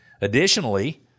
Additionally